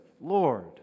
Lord